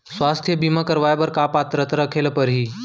स्वास्थ्य बीमा करवाय बर का पात्रता रखे ल परही?